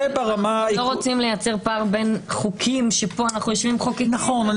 אנו לא רוצים לייצר פער בין חוקים שפה אנו מחוקקים- -- הרי